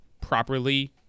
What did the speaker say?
properly